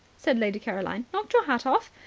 said lady caroline. knocked your hat off?